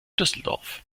düsseldorf